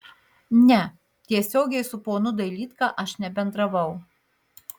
ne tiesiogiai su ponu dailydka aš nebendravau